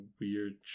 weird